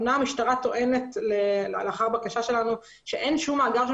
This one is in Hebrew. אמנם המשטרה טוענת לאחר בקשה שלנו שאין שום מאגר של